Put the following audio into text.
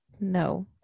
No